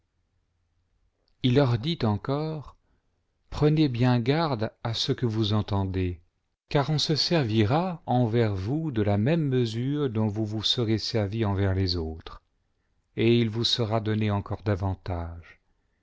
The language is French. il leur dit encore prenez bien garde à ce que vous entendez car on se servira envers vous de la même mesure dont vous vous serez servis envers les autres et il vous sera donné encore davantage